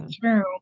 true